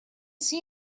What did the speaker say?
see